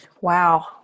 Wow